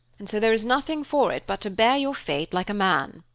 and so there is nothing for it but to bear your fate like a man.